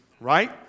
right